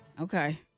Okay